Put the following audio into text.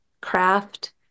craft